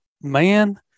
man